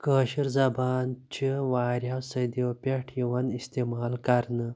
کٲشِر زَبان چھ واریاہو صدیو پٮ۪ٹھ یِوان اِستعمال کَرنہٕ